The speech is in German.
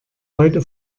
heute